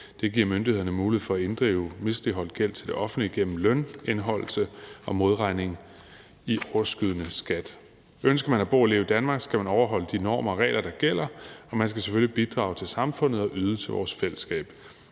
Det giver myndighederne mulighed for at inddrive misligholdt gæld til det offentlige gennem lønindeholdelse og modregning i overskydende skat. Ønsker man at bo og leve i Danmark, skal man overholde de normer og regler, der gælder, og man skal selvfølgelig bidrage til samfundet og yde til vores fællesskab.